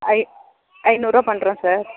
ஐநூறுபா பண்ணுறோம் சார்